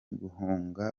guhunga